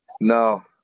No